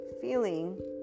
feeling